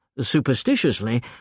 superstitiously